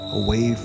away